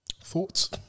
Thoughts